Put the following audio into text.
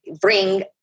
bring